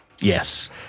Yes